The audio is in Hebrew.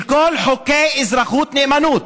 של כל חוקי אזרחות-נאמנות,